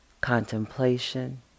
contemplation